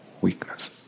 weakness